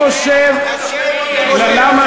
קיפץ לו מן